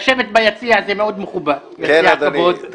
ולשבת ביציע זה מאוד מכובד, יציע הכבוד.